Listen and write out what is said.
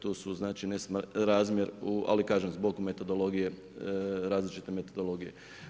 Tu su znači razmjer, ali kažem zbog metodologije različite metodologije.